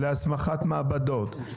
להסמכת מעבדות, כן.